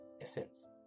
essence